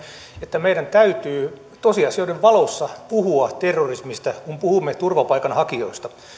että meidän täytyy tosiasioiden valossa puhua terrorismista kun puhumme turvapaikanhakijoista